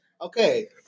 Okay